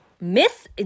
Miss